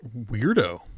weirdo